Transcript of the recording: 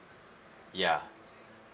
ya